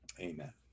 Amen